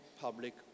public